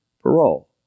parole